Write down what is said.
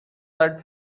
that